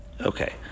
Okay